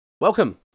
Welcome